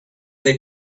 they